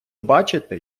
бачити